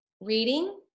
reading